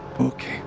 Okay